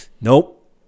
nope